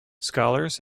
scholars